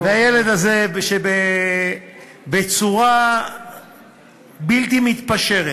והילד הזה, בצורה בלתי מתפשרת,